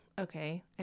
okay